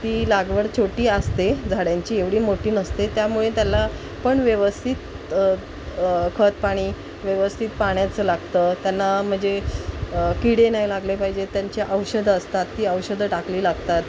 ती लागवड छोटी असते झाड्यांची एवढी मोठी नसते त्यामुळे त्याला पण व्यवस्थित खत पाणी व्यवस्थित पाण्याचं लागतं त्यांना म्हणजे किडे नाही लागले पायजे त्यांची औषधं असतात ती औषधं टाकली लागतात